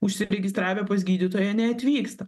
užsiregistravę pas gydytoją neatvyksta